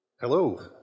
Hello